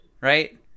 Right